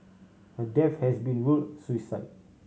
her death has been ruled suicide